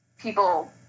people –